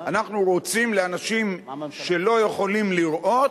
אנחנו רוצים שאנשים שלא יכולים לראות,